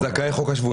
זכאי חוק השבות.